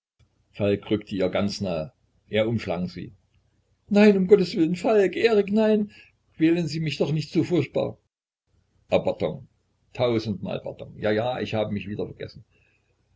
rückte ihr ganz nahe er umschlang sie nein um gotteswillen falk erik nein quälen sie mich doch nicht so furchtbar ah pardon tausendmal pardon ja ja ich habe mich wieder vergessen